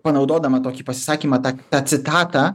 panaudodama tokį pasisakymą tą tą citatą